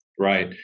Right